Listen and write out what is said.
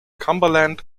cumberland